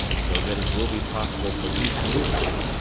so that it will be possible for you to live here.